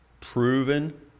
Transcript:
proven